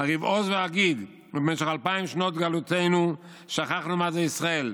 "ארהיב עוז ואגיד: במשך 2,000 שנות גלות שכחנו מה זה ישראל.